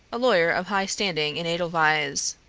a lawyer of high standing in edelweiss.